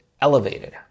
elevated